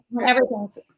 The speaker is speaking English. everything's